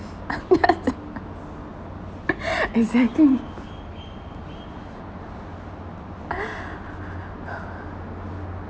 exactly